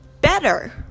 Better